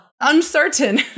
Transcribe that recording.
uncertain